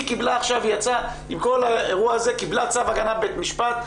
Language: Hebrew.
היא יצאה מכל האירוע הזה וקיבלה צו הגנה מבית המשפט.